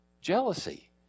Jealousy